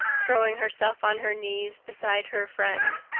throwing herself on her knees beside her friend.